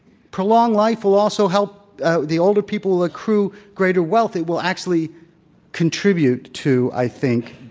prolonged life will also help the older people accrue greater wealth. it will actually contribute to, i think,